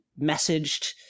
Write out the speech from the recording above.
messaged